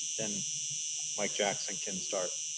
then mike jackson can start.